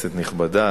כנסת נכבדה,